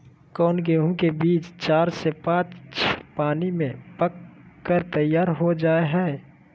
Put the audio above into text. कौन गेंहू के बीज चार से पाँच पानी में पक कर तैयार हो जा हाय?